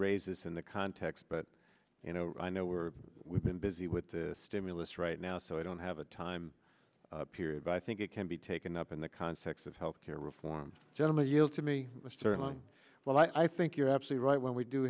this in the context but you know i know we're we've been busy with the stimulus right now so i don't have a time period but i think it can be taken up in the context of health care reform gentleman yield to me well i think you're absolutely right when we do